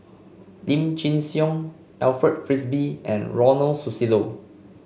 Lim Chin Siong Alfred Frisby and Ronald Susilo